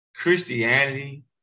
Christianity